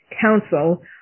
council